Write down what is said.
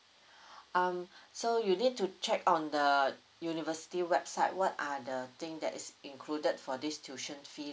um so you need to check on the university website what are the thing that is included for this tuition fee